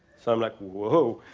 so i'm like, whoa.